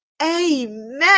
amen